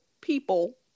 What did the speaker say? people